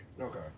Okay